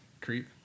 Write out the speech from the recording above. Creep